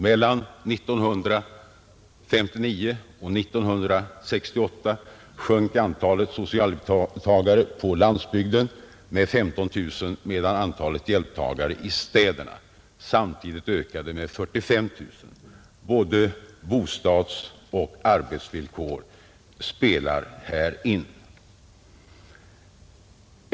Mellan 1959 och 1968 sjönk antalet socialhjälpstagare på landsbygden med 15 000, medan antalet hjälptagare i städerna samtidigt ökade med 45 000. Både bostadsoch arbetsvillkor spelar här in.